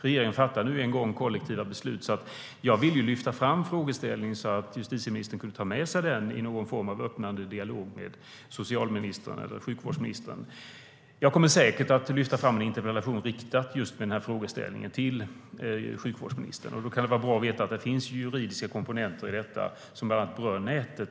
Regeringen fattar kollektiva beslut. Jag vill lyfta fram frågeställningen, så att justitieministern kan ta med sig den till någon form av öppnande dialog med sjukvårdsministern. Jag kommer säkert att ställa en interpellation om den här frågeställningen till sjukvårdsministern. Då kan det vara bra att veta att det finns juridiska komponenter i detta som bland annat berör nätet.